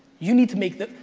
you need to make the,